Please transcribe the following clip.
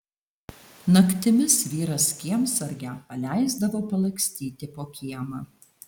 naktimis vyras kiemsargę paleisdavo palakstyti po kiemą